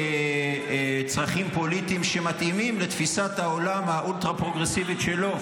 לצרכים פוליטיים שמתאימים לתפיסת העולם האולטרה פרוגרסיבית שלו,